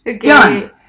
Done